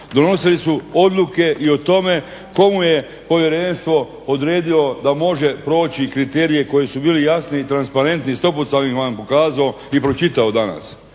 Donosili su odluke i o tome komu je povjerenstvo odredilo da može proći kriterije koji su bili jasni i transparentni. 100 put sam vam ih pokazao i pročitao danas.